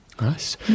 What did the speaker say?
Nice